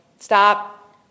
stop